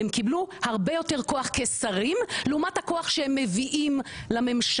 הם קיבלו הרבה יותר כוח כשרים לעומת הכוח שהם מביאים לממשלה,